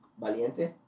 valiente